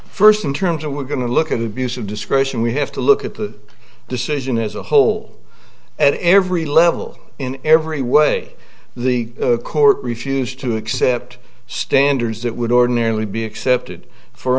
first in terms of we're going to look at abuse of discretion we have to look at the decision as a whole at every level in every way the court refused to accept standards that would ordinarily be accepted for